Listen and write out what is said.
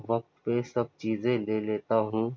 وقت پہ سب چیزیں لے لیتا ہوں